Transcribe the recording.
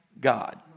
God